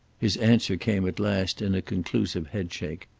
his answer came at last in a conclusive headshake.